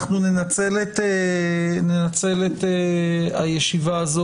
אנחנו ננצל את הישיבה הזו,